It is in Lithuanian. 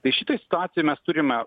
tai šitoj situacijoj mes turime